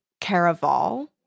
caraval